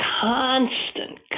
constant